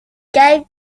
gave